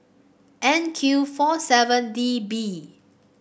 N Q four seven D B